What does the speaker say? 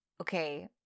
okay